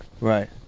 Right